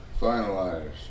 finalized